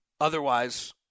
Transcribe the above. Otherwise